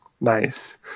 nice